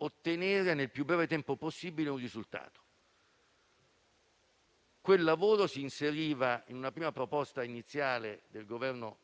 ottenere nel più breve tempo possibile un risultato. Quel lavoro si è inserito in una prima proposta iniziale del Governo